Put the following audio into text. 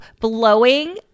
blowing